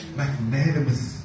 magnanimous